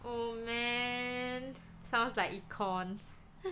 oh man sounds like econs